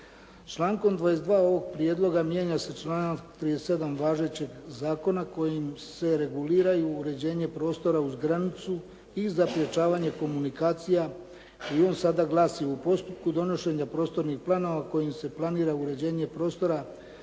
Člankom 22. ovog prijedloga mijenja se članak 37. važećeg zakona kojim se reguliraju uređenje prostora uz granicu i zaprječavanje komunikacija i on sada glasi u postupku donošenja prostornih planova kojim se planira uređenje prostora